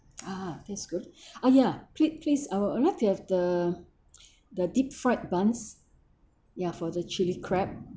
ah that's good !aiya! please please I would like to have the the deep fried buns ya for the chili crab